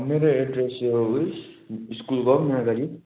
मेरो एड्रेस चाहिँ स्कुलको अगाडि